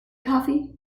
coffee